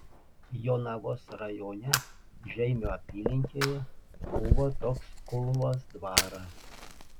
jonavos rajone žeimio apylinkėje buvo toks kulvos dvaras